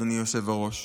אדוני היושב-ראש.